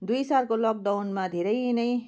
दुई सालको लकडाउनमा धेरै नै